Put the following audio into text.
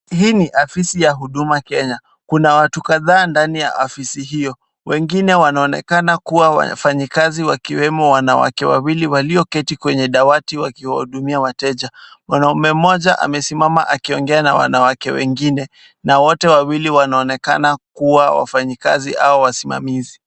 Hii ni ofisi ya Huduma Kenya. Kuna watu kadhaa ndani ya ofisi hiyo. Wengine wanaonekana kuwa wafanyakazi wakiwemo wanawake wawili walioketi kwenye dawati wakiwahudumia wateja. Mwanaume mmoja amesimama akiongea na wanawake wengine na wote wawili wanaonekana kuwa wafanyikazi au wasimamizi.